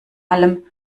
allem